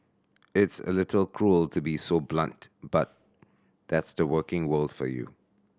it's a little cruel to be so blunt but that's the working world for you